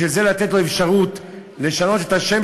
בשביל זה לתת לו אפשרות לשנות את השם